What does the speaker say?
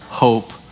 Hope